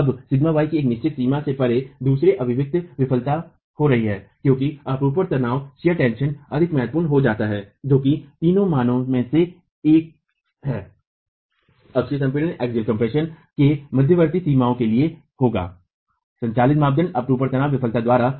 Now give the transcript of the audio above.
अबσy की एक निश्चित सीमा से परे दूसरी अभिव्यक्ति विफलता हो रहा है क्युकि अपरूपण तनाव अधिक महत्वपूर्ण हो जाता है जो कि तीनो मानों में से एक है अक्षीय संपीड़न के मध्यवर्ती सीमाओं के लिए होगा संचालित मानदंड अपरूपण तनाव विफलता द्वारा